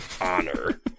honor